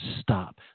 stop